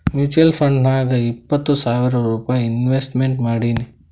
mutual ಫಂಡ್ನಾಗ್ ಇಪ್ಪತ್ತು ಸಾವಿರ್ ರೂಪೈ ಇನ್ವೆಸ್ಟ್ಮೆಂಟ್ ಮಾಡೀನಿ